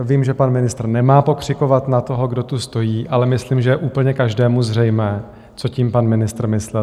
Vím, že pan ministr nemá pokřikovat na toho, kdo tu stojí, ale myslím, že je úplně každému zřejmé, co tím pan ministr myslel.